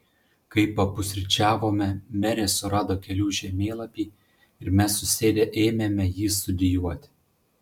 kai papusryčiavome merė surado kelių žemėlapį ir mes susėdę ėmėme jį studijuoti